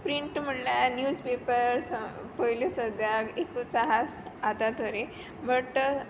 print म्हणल्यार newspaper असो पयले सद्याक एकूच आसा स् आतां तरी बट